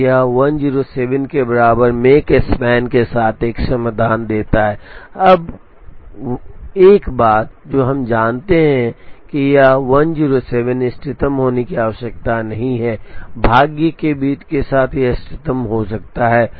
तो यह 107 के बराबर मेक स्पैन के साथ एक समाधान देता है अब 1 बात जो हम जानते हैं कि यह 107 इष्टतम होने की आवश्यकता नहीं है भाग्य के बिट के साथ यह इष्टतम हो सकता है